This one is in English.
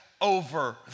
over